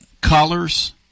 colors